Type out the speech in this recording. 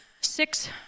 six